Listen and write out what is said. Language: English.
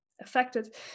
affected